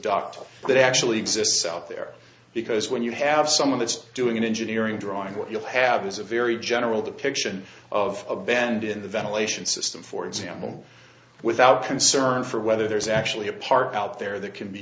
tape that actually exists out there because when you have someone that's doing an engineering drawing what you'll have is a very general depiction of a bend in the ventilation system for example without concern for whether there's actually a park out there that can be